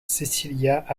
cecilia